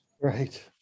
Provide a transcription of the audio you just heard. Right